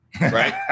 right